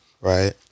Right